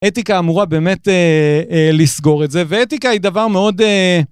אתיקה אמורה באמת לסגור את זה, ואתיקה היא דבר מאוד...